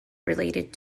related